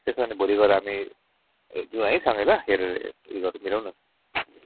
त्यसो भने भोलि गएर हामी ए जाऊँ है सँगै ल हेरेर उयो गरौँ मिलाउन